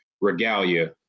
regalia